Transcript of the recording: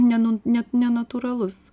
ne nu ne nenatūralus